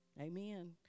Amen